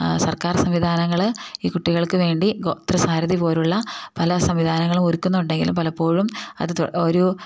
സർക്കാർ സംവിധാനങ്ങൾ ഈ കുട്ടികൾക്ക് വേണ്ടി ത്രസാരതി പോലുള്ള പല സംവിധാനങ്ങളും ഒരുക്കുന്നുണ്ടെങ്കിലും പലപ്പോഴും അത് ഒരു